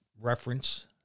reference